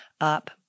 up